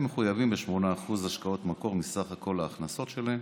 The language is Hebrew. הם מחויבים ב-8% השקעות מקור מסך ההכנסות שלהם.